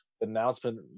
announcement